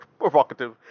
provocative